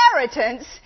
inheritance